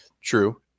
True